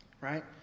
Right